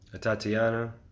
Tatiana